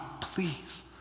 please